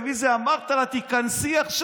הורוביץ קרא לזה דיקטטורה.